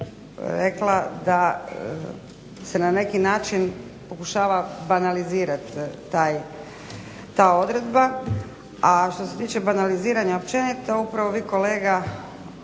rekla da se na neki način pokušava banalizirati ta odredba. A što se tiče banaliziranja općenito upravo vi kolega